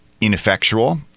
ineffectual